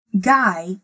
guy